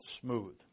Smooth